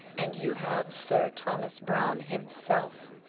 and you have sir thomas browne himself.